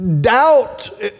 Doubt